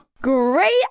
Great